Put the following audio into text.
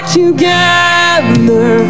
together